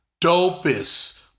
dopest